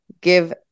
give